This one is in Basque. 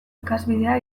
ikasbidea